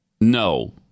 No